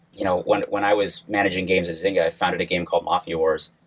you know when when i was managing games at zynga, i founded a game called mafia wars.